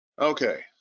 Okay